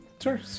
Sure